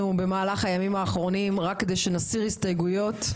במהלך הימים האחרונים רק כדי שנסיר הסתייגויות.